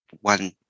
one